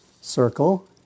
circle